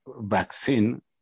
vaccine